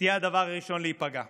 תהיה הדבר הראשון להיפגע.